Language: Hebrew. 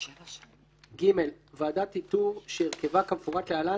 (ג) ועדת איתור שהרכבה כמפורט להלן,